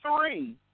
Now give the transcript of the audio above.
three